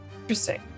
interesting